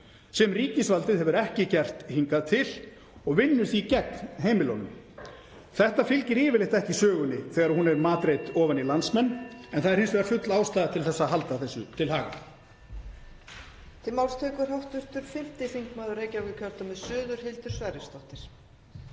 sem ríkisvaldið hefur ekki gert hingað til og vinnur því gegn heimilunum. Þetta fylgir yfirleitt ekki sögunni þegar hún (Forseti hringir.) er matreidd ofan í landsmenn en það er hins vegar full ástæða til að halda þessu til haga.